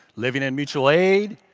living in mutual aid,